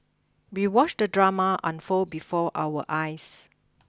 we watched the drama unfold before our eyes